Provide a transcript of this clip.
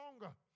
longer